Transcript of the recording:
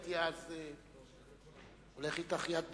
הייתי אז הולך אתך יד ביד,